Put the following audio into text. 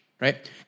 Right